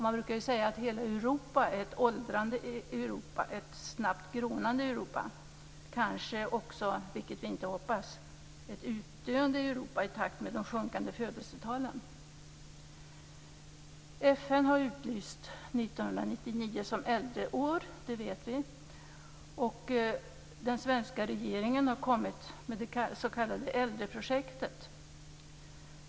Man brukar säga att hela Europa är ett åldrande Europa, ett snabbt grånande Europa, kanske också - vilket vi inte hoppas - i takt med de sjunkande födelsetalen ett utdöende Europa. FN har utlyst 1999 som äldreår. Den svenska regeringen har lagt fram det s.k. äldreprojektet.